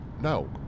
No